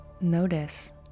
Notice